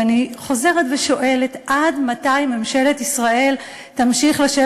ואני חוזרת ושואלת: עד מתי תמשיך ממשלת ישראל לשבת